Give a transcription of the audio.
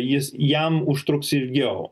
jis jam užtruks ilgiau